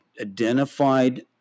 identified